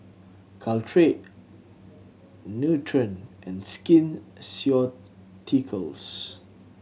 Caltrate Nutren and Skin Ceuticals